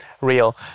real